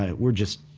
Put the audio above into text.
ah we're just,